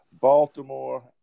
Baltimore